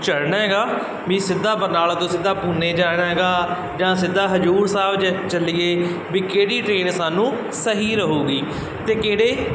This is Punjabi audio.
ਚੜ੍ਹਨਾ ਹੈਗਾ ਵੀ ਸਿੱਧਾ ਬਰਨਾਲਾ ਤੋਂ ਸਿੱਧਾ ਪੂਨੇ ਜਾਣਾ ਹੈਗਾ ਜਾਂ ਸਿੱਧਾ ਹਜ਼ੂਰ ਸਾਹਿਬ ਜੇ ਚੱਲੀਏ ਵੀ ਕਿਹੜੀ ਟ੍ਰੇਨ ਸਾਨੂੰ ਸਹੀ ਰਹੇਗੀ ਅਤੇ ਕਿਹੜੇ